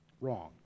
wrong